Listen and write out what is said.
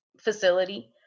facility